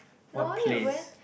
no you went